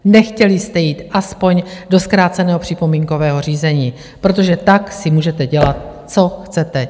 Nechtěli jste jít aspoň do zkráceného připomínkového řízení, protože tak si můžete dělat, co chcete.